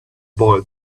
boy